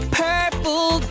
purple